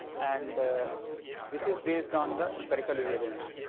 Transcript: and this is based on the empirical evidence.